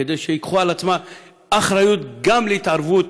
כדי שייקחו על עצמם אחריות גם להתערבות